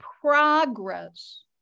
progress